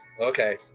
okay